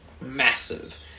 massive